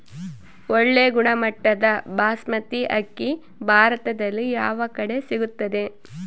ಒಳ್ಳೆ ಗುಣಮಟ್ಟದ ಬಾಸ್ಮತಿ ಅಕ್ಕಿ ಭಾರತದಲ್ಲಿ ಯಾವ ಕಡೆ ಸಿಗುತ್ತದೆ?